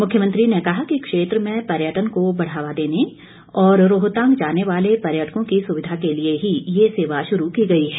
मुख्यमंत्री ने कहा कि क्षेत्र में पर्यटन को बढ़ावा देने और रोहतांग जाने वाले पर्यटकों की सुविधा के लिए ही ये सेवा श्रू की गई है